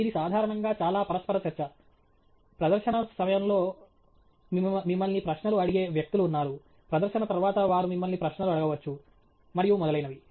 ఇది సాధారణంగా చాలా పరస్పర చర్చ ప్రదర్శన సమయంలో మిమ్మల్ని ప్రశ్నలు అడిగే వ్యక్తులు ఉన్నారు ప్రదర్శన తర్వాత వారు మిమ్మల్ని ప్రశ్నలు అడగవచ్చు మరియు మొదలైనవి